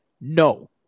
No